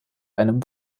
einem